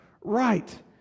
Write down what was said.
right